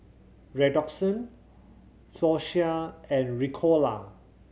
Redoxon Floxia and Ricola